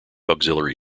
auxiliary